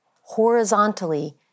horizontally